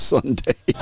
Sunday